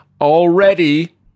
already